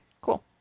cool